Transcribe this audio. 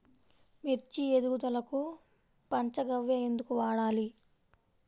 మిర్చి ఎదుగుదలకు పంచ గవ్య ఎందుకు వాడాలి?